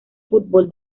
fútbol